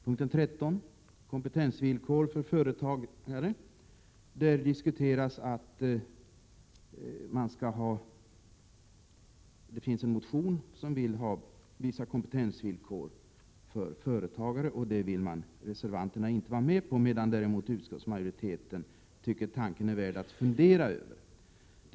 Reservation 13 gäller kompetensvillkor för företagare. I en motion föreslås att vissa kompetensvillkor för företagare skall införas, vilket reservanterna inte vill gå med på. Utskottsmajoriteten tycker däremot att tanken är värd att fundera över.